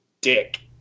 dick